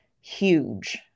huge